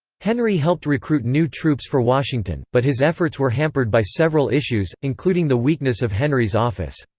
henry helped recruit new troops for washington, but his efforts were hampered by several issues, including the weakness of henry's office.